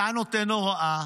אתה נותן הוראה: